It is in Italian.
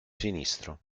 sinistro